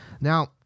Now